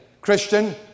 Christian